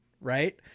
right